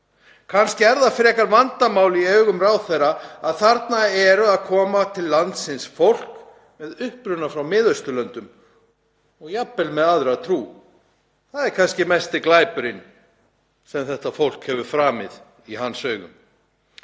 Kannski er það frekar vandamál í augum ráðherra að þarna er að koma til landsins fólk með uppruna frá Miðausturlöndum og jafnvel með aðra trú. Það er kannski mesti glæpurinn sem þetta fólk hefur framið í hans augum.